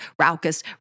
raucous